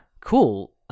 Cool